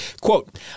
quote